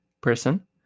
person